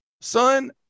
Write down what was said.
son